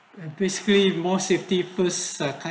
and basically more safety purse ah